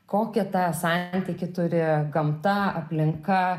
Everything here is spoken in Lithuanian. kokią tą santykį turi gamta aplinka